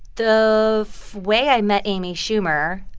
the way i met amy schumer